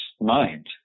mind